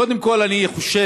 קודם כול אני חושב